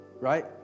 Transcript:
Right